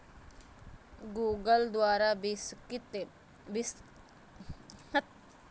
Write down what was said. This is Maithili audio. गूगल द्वारा विकसित गूगल पे सं खरीदारी कैल आ धन भेजल जा सकै छै